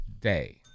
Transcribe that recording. day